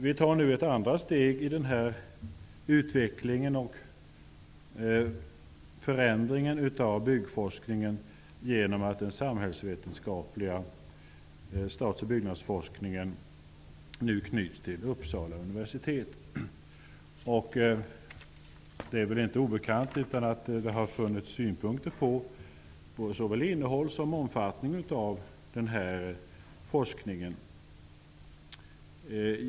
Vi tar nu ett andra steg i den här utvecklingen och förändringen av byggforskningen, genom att den samhällsvetenskapliga bostads och byggnadsforskningen knyts till Uppsala universitet. Det är väl inte obekant att det har förekommit synpunkter på såväl innehåll som omfattning av den här forskningen.